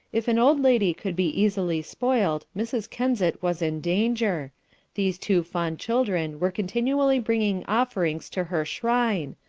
if an old lady could be easily spoiled, mrs. kensett was in danger these two fond children were continually bringing offerings to her shrine,